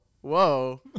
Whoa